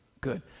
good